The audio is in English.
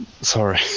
sorry